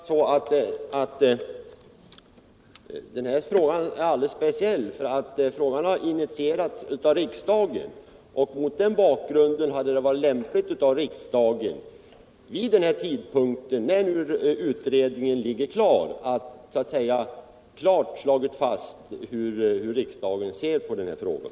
Herr talman! Men denna fråga är alldeles speciell, eftersom den har initierats av riksdagen. Mot den bakgrunden hade det varit lämpligt att riksdagen vid den tidpunkt då utredningsresultatet förelåg klart slagit fast hur riksdagen ser på frågan.